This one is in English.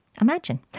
Imagine